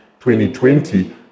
2020